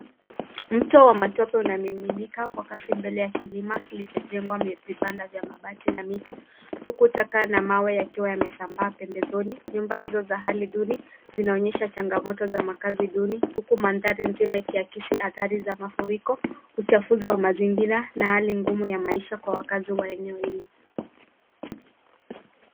Mto wa matope unamiminika kwa kasi mbele ya kilima kilichojengwa vibanda vya mabati na miti, huku taka na mawe yakiwa yamesambaa pembezoni nyumba hizo za hali duni zinaonyesha changamoto za makazi duni huku mandhari mzima ikiakisi adhari za mafuriko, uchafuzi wa mazingira na hali ngumu ya maisha kwa wakazi wa eneo hilo.